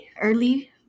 early